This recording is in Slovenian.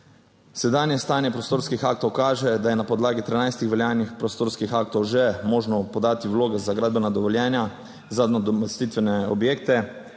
Sedanje stanje prostorskih aktov kaže, da je na podlagi 13 veljavnih prostorskih aktov že možno podati vloge za gradbena dovoljenja za nadomestitvene objekte.